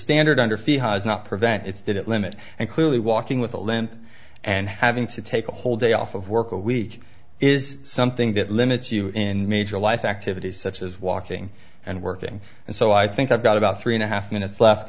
standard under fee has not prevent it's did it limit and clearly walking with a limp and having to take a whole day off of work a week is something that limits you in major life activities such as walking and working and so i think i've got about three and a half minutes left